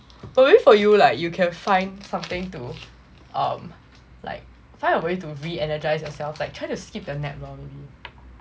probably for you like you can find something to um like find a way to reenergize yourself like try to skip the nap lor maybe